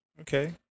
Okay